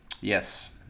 Yes